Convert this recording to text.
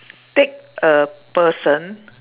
take a person